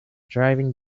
driving